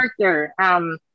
character